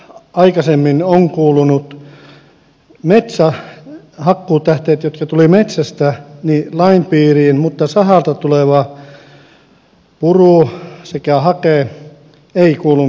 esimerkiksi aikaisemmin ovat metsähakkuutähteet jotka tulivat metsästä kuuluneet lain piiriin mutta sahalta tuleva puru sekä hake ei kuulunut sen lain piiriin